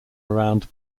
around